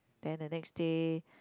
then the next day